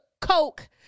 coke